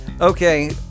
Okay